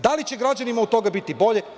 Da li će građanima od toga biti bolje?